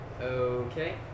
Okay